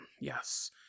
yes